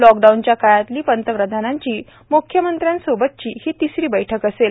लॉकडाऊनच्या काळातली पंतप्रधानांची म्ख्यमंत्र्यांसोबतची ही तिसरी बैठक असेल